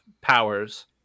powers